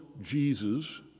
Jesus